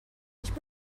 nicht